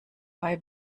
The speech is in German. bei